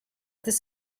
this